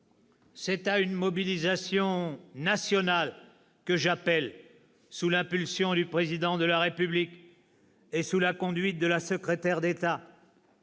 C'est à une mobilisation nationale que j'appelle, sous l'impulsion du Président de la République et sous la conduite de la secrétaire d'État.